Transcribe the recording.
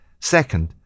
Second